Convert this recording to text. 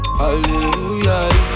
Hallelujah